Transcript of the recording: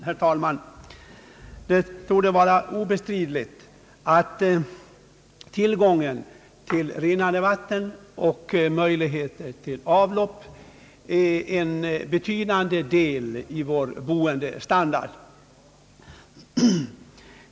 Herr talman! Det torde vara obestridligt att tillgången till rinnande vatten och möjligheterna till avlopp utgör en betydande del av vår boendestandard.